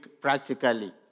practically